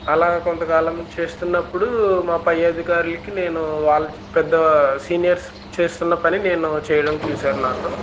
అలా కొంతకాలం చేస్తున్నప్పుడు మా పై అధికారులకి నేను వాళ్ళ పెద్ద సీనియర్స్ చేస్తున్న పని నేను చేయడం చూసారు నాతో